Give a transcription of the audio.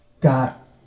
got